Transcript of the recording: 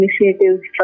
initiatives